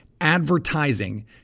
ADVERTISING